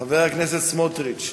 חבר הכנסת סמוטריץ,